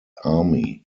army